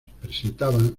presentaban